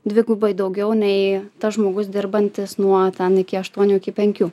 dvigubai daugiau nei tas žmogus dirbantis nuo ten iki aštuonių iki penkių